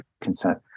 consent